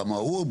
כמה הוא,